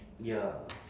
ya